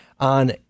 on